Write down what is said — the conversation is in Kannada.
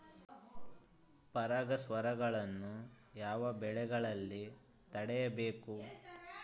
ಪರಾಗಸ್ಪರ್ಶವನ್ನು ಯಾವ ಬೆಳೆಗಳಲ್ಲಿ ತಡೆಗಟ್ಟಬೇಕು?